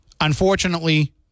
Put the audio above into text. Unfortunately